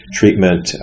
treatment